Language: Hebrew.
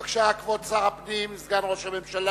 בבקשה, כבוד שר הפנים, סגן ראש הממשלה,